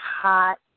hot